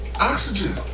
Oxygen